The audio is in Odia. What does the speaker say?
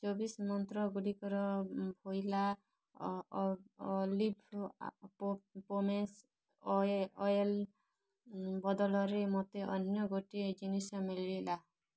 ଚବିଶି ମନ୍ତ୍ର ଗୁଡ଼ିକର ଭୋଇଲା ଅଲିଭ୍ ପୋମେସ୍ ଅଏଲ୍ ବଦଳରେ ମୋତେ ଅନ୍ୟ ଗୋଟିଏ ଜିନିଷ ମିଳିଲା